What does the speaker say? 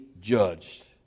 judged